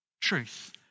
truth